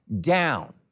down